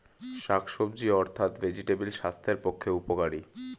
শাকসবজি অর্থাৎ ভেজিটেবল স্বাস্থ্যের পক্ষে উপকারী